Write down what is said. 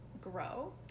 grow